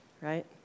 right